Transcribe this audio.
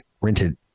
rented